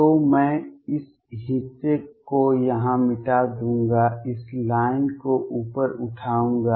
तो मैं इस हिस्से को यहां मिटा दूंगा इस लाइन को ऊपर उठाऊंगा